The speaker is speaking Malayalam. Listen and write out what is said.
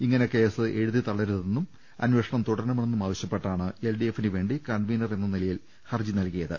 ഇങ്ങനെ കേസ് എഴുതി തള്ളരുതെന്നും അന്വേഷണം തുടരണമെന്നും ആവശ്യപ്പെട്ടാണ് എൽഡിഎഫിനു വേണ്ടി കൺവീനർ എന്ന നിലയിൽ ഹർജി നൽകിയത്